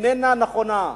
איננה נכונה.